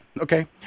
Okay